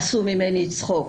עשו ממני צחוק.